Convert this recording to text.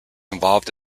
involved